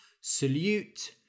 Salute